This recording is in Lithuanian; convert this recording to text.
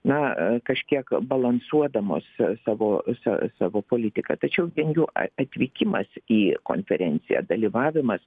na kažkiek balansuodamos savo sa savo politika tačiau vien jų atvykimas į konferenciją dalyvavimas